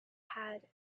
had